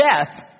death